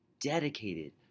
dedicated